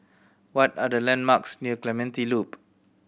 what are the landmarks near Clementi Loop